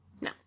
No